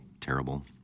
terrible